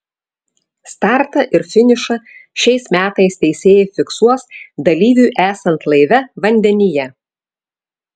startą ir finišą šiais metais teisėjai fiksuos dalyviui esant laive vandenyje